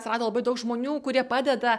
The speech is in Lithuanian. atsirado labai daug žmonių kurie padeda